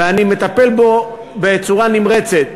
ואני מטפל בו בצורה נמרצת.